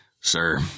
Sir